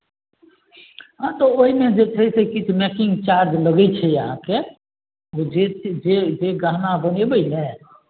हँ तऽ ओहिमे जे छै से किछु मैकिंग चार्ज लगै छै अहाँके जे जे गहना बनेबै ने